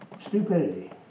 Stupidity